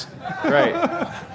Right